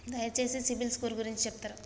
దయచేసి CIBIL score గురించి చెప్తరా?